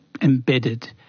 embedded